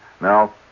Now